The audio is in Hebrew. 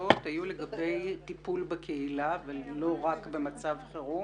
נוספות היו לגבי טיפול בקהילה ולא רק במצב חירום.